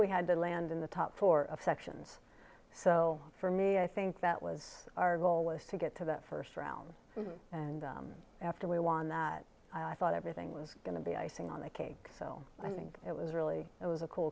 we had to land in the top four of sections so for me i think that was our goal was to get to that first round and them after we won that i thought everything was going to be icing on the cake so i think it was really it was a c